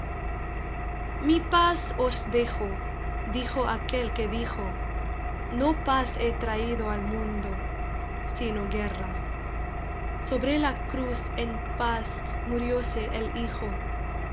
mi paz os dejo dijo aquel que dijo no paz he traído al mundo sino guerra sobre la cruz en paz murióse el hijo